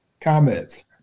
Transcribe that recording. comments